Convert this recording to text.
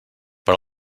per